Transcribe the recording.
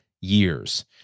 years